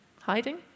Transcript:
Hiding